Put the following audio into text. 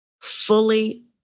Fully